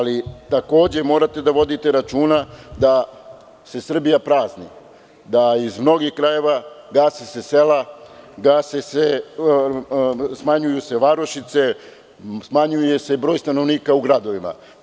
Takođe, morate da vodite računa da se Srbija prazni, da iz mnogih krajeva se gase sela, smanjuju se varošice, smanjuje se broj stanovnika u gradovima.